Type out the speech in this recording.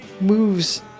moves